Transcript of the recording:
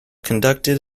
conducted